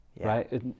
right